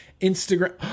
Instagram